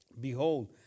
Behold